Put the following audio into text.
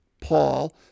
Paul